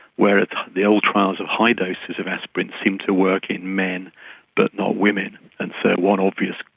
whereas the old trials of high doses of aspirin seemed to work in men but not women. and so one obvious